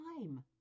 time